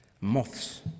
Moths